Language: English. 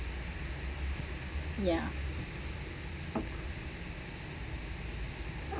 ya